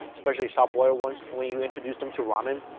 especially soft-boiled ones when you introduce them to ramen,